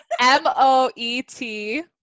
M-O-E-T